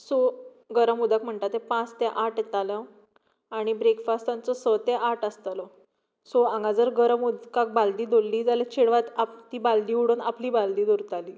so गरम उदक म्हणटा तें पांच ते आट येतालो आनी ब्रेकफास्ट तांचो स ते आट आसतालो सो हांगा जर गरम उदकाक बाल्दी दवरली जाल्यार चेडवां आ ती बाल्दी उडोवन आपली बाल्दी दवरतालीं